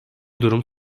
durum